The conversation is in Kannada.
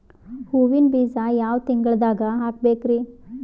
ಹೂವಿನ ಬೀಜ ಯಾವ ತಿಂಗಳ್ದಾಗ್ ಹಾಕ್ಬೇಕರಿ?